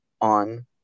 on